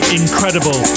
incredible